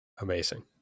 Amazing